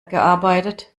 gearbeitet